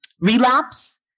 relapse